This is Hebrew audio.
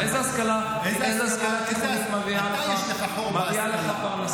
איזו השכלה תיכונית מביאה לך פרנסה?